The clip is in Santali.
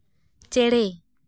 ᱪᱮᱬᱮ